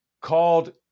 called